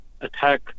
attack